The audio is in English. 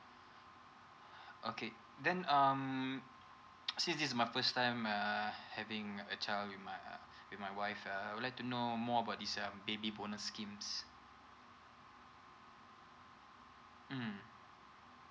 okay then um since this is my first time um having a child with my wife err I would like to know more about this um baby bonus schemes um